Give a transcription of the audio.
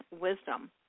Wisdom